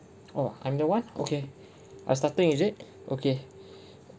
oh I'm the one okay I starting is it okay